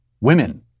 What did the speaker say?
Women